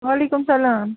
وعلیکُم السَلام